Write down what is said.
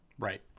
Right